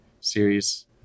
series